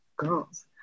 girls